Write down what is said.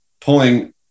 pulling